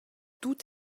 tout